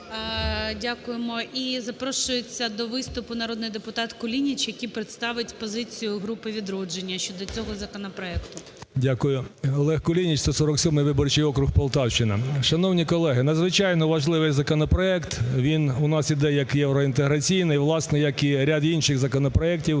Дякуємо. І запрошується до виступу народний депутат Кулініч, який представить позицію групи "Відродження" щодо цього законопроекту. 11:45:09 КУЛІНІЧ О.І. Дякую. Олег Кулініч, 147 виборчий округ, Полтавщина. Шановні колеги, надзвичайно важливий законопроект, він у нас іде як євроінтеграційний, власне, як і ряд інших законопроектів,